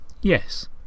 Yes